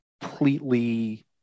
completely